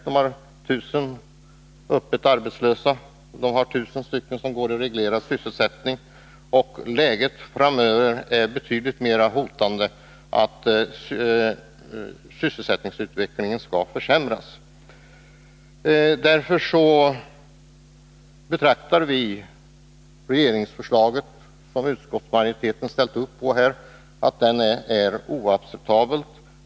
Kommunen har 1000 öppet arbetslösa och 1000 personer i reglerad sysselsättning. Och när det gäller läget framöver hotar en försämrad sysselsättningsutveckling. Därför betraktar vi regeringsförslaget, som utskottsmajoriteten har ställt sig bakom, som helt oacceptabelt.